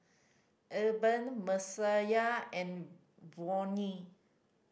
Eben Messiah and Vonnie